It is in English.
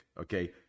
Okay